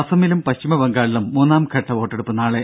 അസമിലും പശ്ചിമബംഗാളിലും മൂന്നാംഘട്ട വോട്ടെടുപ്പ് നാളെ